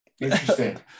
interesting